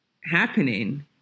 happening